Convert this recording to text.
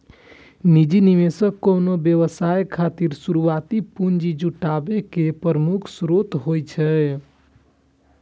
निजी निवेशक कोनो व्यवसाय खातिर शुरुआती पूंजी जुटाबै के प्रमुख स्रोत होइ छै